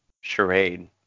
charade